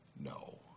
No